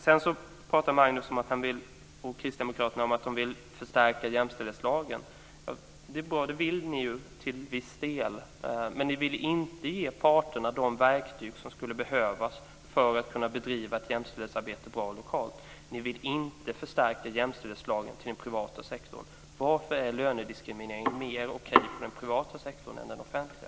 Magnus Jacobsson pratar om att han och kristdemokraterna vill förstärka jämställdhetslagen och det är bra. Det vill ni, till en viss del, men ni vill inte ge parterna de verktyg som skulle behövas för att på ett bra sätt kunna bedriva ett jämställdhetsarbete lokalt. Ni vill inte förstärka jämställdhetslagen och utvidga den också till den privata sektorn. Varför är lönediskriminering mer okej inom den privata sektorn än inom den offentliga?